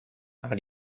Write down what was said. are